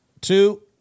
two